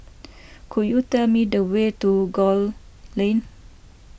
could you tell me the way to Gul Lane